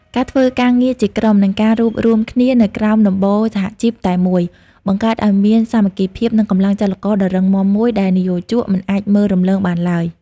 ការធ្វើការងារជាក្រុម និងការរួបរួមគ្នានៅក្រោមដំបូលសហជីពតែមួយ បង្កើតឱ្យមានសាមគ្គីភាព និងកម្លាំងចរចាដ៏រឹងមាំមួយដែលនិយោជកមិនអាចមើលរំលងបានឡើយ។